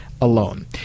alone